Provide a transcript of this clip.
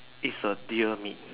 is a deer meat